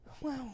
Wow